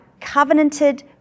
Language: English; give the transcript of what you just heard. covenanted